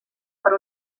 per